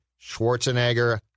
Schwarzenegger